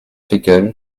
fekl